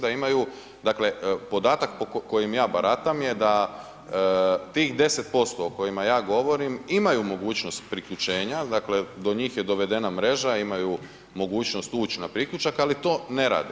Dakle podatak kojim ja baratam je da tih 10% o kojim aja govorim imaju mogućnost priključenja, dakle do njih je dovedena mreža imaju mogućnost ući na priključak, ali to ne rade.